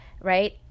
right